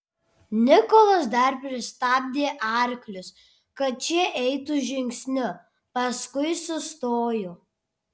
nikolas dar pristabdė arklius kad šie eitų žingsniu paskui sustojo